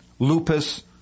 lupus